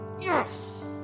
Yes